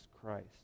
Christ